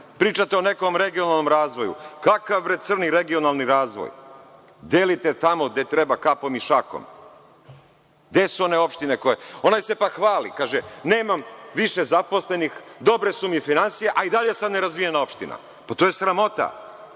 obaveza. Pričate o nekom regionalnom razvoju. Kakav bre crni regionalni razvoj? Delite tamo gde treba kapom i šakom. Onaj se pa hvali i kaže – nemam više zaposlenih, dobre su mi finansije, a i dalje sam nerazvijena opština. Pa to je sramota!